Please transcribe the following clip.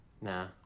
Nah